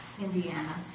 Indiana